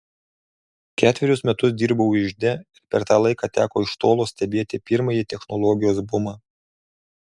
ketverius metus dirbau ižde ir per tą laiką teko iš tolo stebėti pirmąjį technologijos bumą